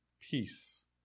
Peace